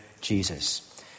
Jesus